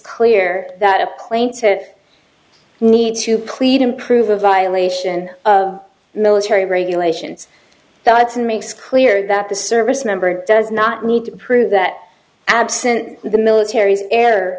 clear that a plane to need to plead improve a violation of military regulations that it's in makes clear that the service member does not need to prove that absent the military air